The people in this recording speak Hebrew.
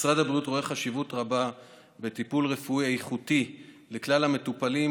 משרד הבריאות רואה חשיבות רבה בטיפול רפואי איכותי לכלל המטופלים,